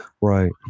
right